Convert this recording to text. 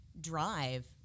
drive